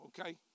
okay